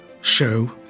show